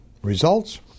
Results